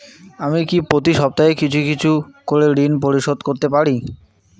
আমি কি প্রতি সপ্তাহে কিছু কিছু করে ঋন পরিশোধ করতে পারি?